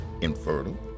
infertile